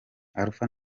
alpha